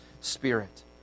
spirit